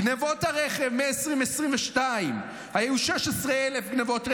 גנבות הרכב, ב-2022 היו 16,300 גנבות רכב,